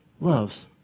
loves